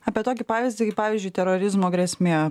apie tokį pavyzdį kai pavyzdžiui terorizmo grėsmė